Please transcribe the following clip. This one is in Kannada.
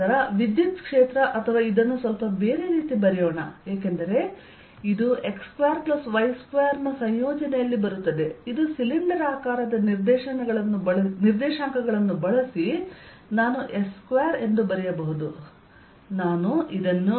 ನಂತರ ವಿದ್ಯುತ್ ಕ್ಷೇತ್ರ ಅಥವಾ ಇದನ್ನು ಸ್ವಲ್ಪ ಬೇರೆ ರೀತಿ ಬರೆಯೋಣ ಏಕೆಂದರೆ ಇದು x2y2ರ ಸಂಯೋಜನೆಯಲ್ಲಿ ಬರುತ್ತದೆ ಇದು ಸಿಲಿಂಡರಾಕಾರದ ನಿರ್ದೇಶಾಂಕಗಳನ್ನು ಬಳಸಿ ನಾನು s2ಎಂದು ಬರೆಯಬಹುದು